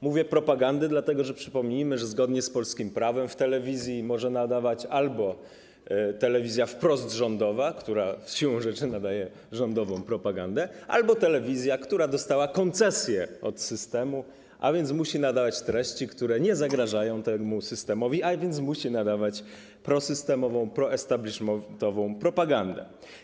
Mówię: propagandy, dlatego że, przypomnijmy, zgodnie z polskim prawem w telewizji może nadawać albo telewizja wprost rządowa, która siłą rzeczy nadaje rządową propagandę, albo telewizja, która dostała koncesję od systemu, a więc musi nadawać treści, które nie zagrażają temu systemowi, musi nadawać prosystemową, proestablishmentową propagandę.